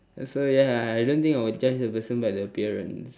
so ya I don't think I will judge the person by the appearance